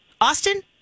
Austin